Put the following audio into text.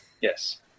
Yes